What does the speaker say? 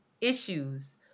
issues